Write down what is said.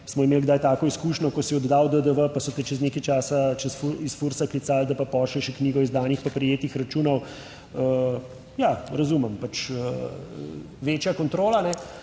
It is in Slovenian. smo imeli kdaj tako izkušnjo, ko si oddal DDV, pa so te čez nekaj časa iz Fursa klicali, da pa pošlje še knjigo izdanih pa prejetih računov, ja razumem, pač, večja kontrola.